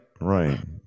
Right